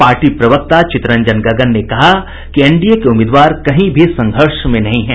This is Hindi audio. पार्टी प्रवक्ता चितरंजन गगन ने कहा कि एनडीए के उम्मीदवार कहीं भी संघर्ष में नहीं है